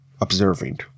observing